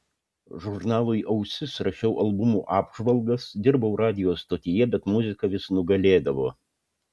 žurnalui ausis rašiau albumų apžvalgas dirbau radijo stotyje bet muzika vis nugalėdavo